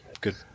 good